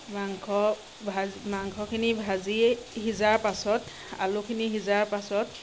মাংস ভাজ মাংসখিনি ভাজি সিজাৰ পাছত আলুখিনি সিজাৰ পাছত